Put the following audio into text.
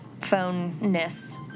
phone-ness